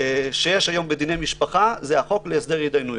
שיש היום בדיני משפחה זה החוק להסדר התדיינויות.